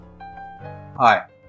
Hi